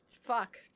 fuck